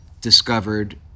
discovered